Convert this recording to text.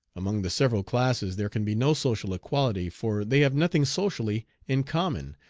among the several classes there can be no social equality, for they have nothing socially in common,